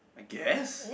I guess